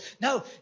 No